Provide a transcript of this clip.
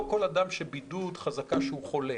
לא כל אדם שהוא בבידוד חזקה שהוא חולה.